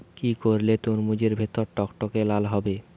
কি করলে তরমুজ এর ভেতর টকটকে লাল হবে?